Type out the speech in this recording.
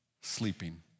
sleeping